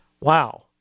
Wow